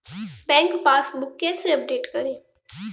Bank passbook कैसे update करें?